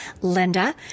Linda